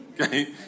Okay